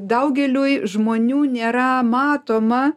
daugeliui žmonių nėra matoma